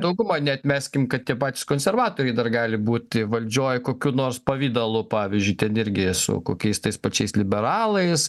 dauguma neatmeskim kad tie patys konservatoriai dar gali būti valdžioj kokiu nors pavidalu pavyzdžiui ten irgi su kokiais tais pačiais liberalais